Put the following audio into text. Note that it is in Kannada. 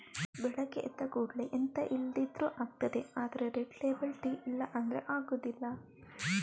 ಬೆಳಗ್ಗೆ ಎದ್ದ ಕೂಡ್ಲೇ ಎಂತ ಇಲ್ದಿದ್ರೂ ಆಗ್ತದೆ ಆದ್ರೆ ರೆಡ್ ಲೇಬಲ್ ಟೀ ಇಲ್ಲ ಅಂದ್ರೆ ಆಗುದಿಲ್ಲ